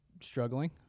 struggling